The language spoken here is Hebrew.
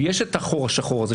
ויש את החור השחור הזה,